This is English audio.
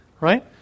right